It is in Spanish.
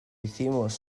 hicimos